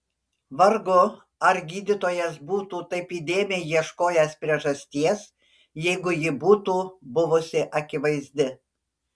vargu ar gydytojas būtų taip įdėmiai ieškojęs priežasties jeigu ji būtų buvusi akivaizdi